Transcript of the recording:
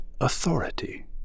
authority